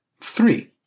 Three